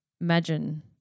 imagine